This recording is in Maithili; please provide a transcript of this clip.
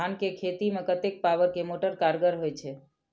धान के खेती में कतेक पावर के मोटर कारगर होई छै?